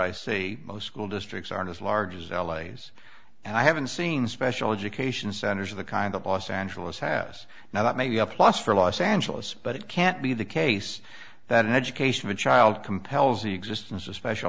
i see most school districts aren't as large as las and i haven't seen special education centers of the kind of los angeles has now that may be a plus for los angeles but it can't be the case that an education of a child compels the existence of special